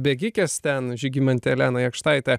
bėgikės ten žygimantę elena jakštaitę